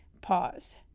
Pause